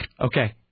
Okay